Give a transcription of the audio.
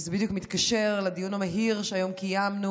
וזה בדיוק מתקשר לדיון המהיר שהיום קיימנו